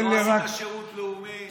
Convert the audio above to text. לא עשית שירות לאומי.